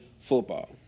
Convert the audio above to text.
football